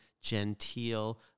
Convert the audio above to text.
genteel